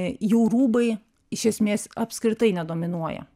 jų rūbai iš esmės apskritai nedominuoja